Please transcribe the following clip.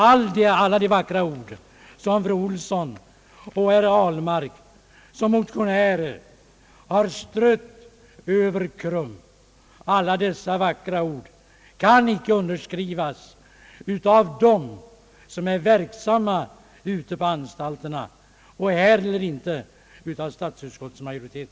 Alla de vackra ord som fru Olsson och herr Ahlmark som motionärer har strött över KRUM kan därför icke underskrivas av dem som är verksamma ute på anstalterna — och inte heller av statsutskottets majoritet.